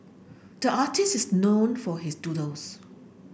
the artist is known for his doodles